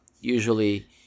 usually